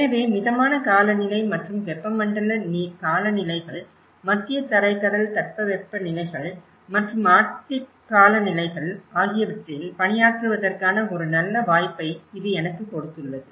எனவே மிதமான காலநிலை மற்றும் வெப்பமண்டல காலநிலைகள் மத்திய தரைக்கடல் தட்பவெப்பநிலைகள் மற்றும் ஆர்க்டிக் காலநிலைகள் ஆகியவற்றில் பணியாற்றுவதற்கான ஒரு நல்ல வாய்ப்பை இது எனக்குக் கொடுத்துள்ளது